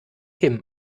him